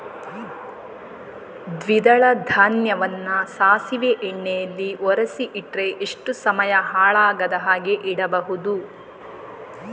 ದ್ವಿದಳ ಧಾನ್ಯವನ್ನ ಸಾಸಿವೆ ಎಣ್ಣೆಯಲ್ಲಿ ಒರಸಿ ಇಟ್ರೆ ಎಷ್ಟು ಸಮಯ ಹಾಳಾಗದ ಹಾಗೆ ಇಡಬಹುದು?